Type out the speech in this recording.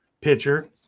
pitcher